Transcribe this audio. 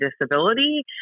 disability